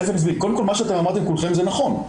קודם כל מה שאמרתם כולכם זה נכון,